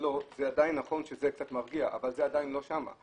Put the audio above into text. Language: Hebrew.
עדיין נכון שזה קצת מרגיע אבל זה עדיין לא שם.